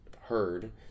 heard